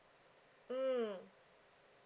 mm